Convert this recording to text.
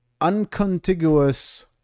uncontiguous